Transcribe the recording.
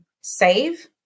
save